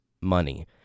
money